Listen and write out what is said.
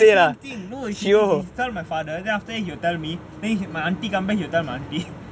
the same thing no he tell my father then after that he'll tell me if my auntie come back then he'll tell my auntie